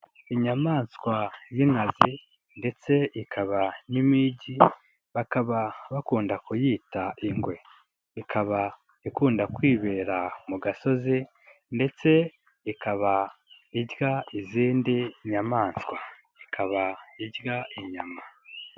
Inyamaswa y'inkazi ndetse ikaba n'impigi, bakaba bakunda kuyita ingwe. Ikaba ikunda kwibera mu gasozi, ndetse ikaba irya izindi nyamaswa ikaba irya inyama.